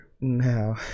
now